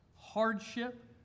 hardship